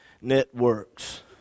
networks